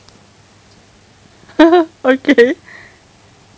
okay